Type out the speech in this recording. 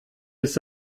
ist